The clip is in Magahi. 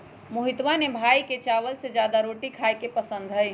मोहितवा के भाई के चावल से ज्यादा रोटी खाई ला पसंद हई